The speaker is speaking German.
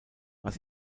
was